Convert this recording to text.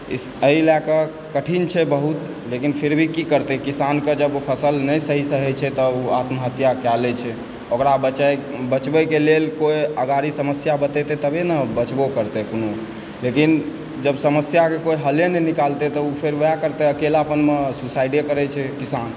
एहि लए कऽ कठिन छै बहुत लेकिन फिर भी की करतय किसानके जब फसल नहि सहीसे होइ छै तब ओ आत्महत्या कै लए छै ओकरा बचबयके लेल कोई अगाड़ी समस्या बतेतय तबे नऽ बचबो करतय कोइ लेकिन जब समस्याके कोई हले नहि निकालतय तऽ ओ फेर वएह करतय अकेलापनमे सुसाइडे करै छै किसान